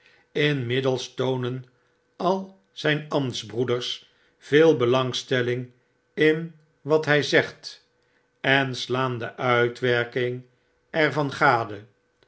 inmiddels toonen al zjjn ambtsbroeders veel belangstelling in wat hy zegt en slaan de uitwerking er van gade